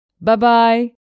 Bye-bye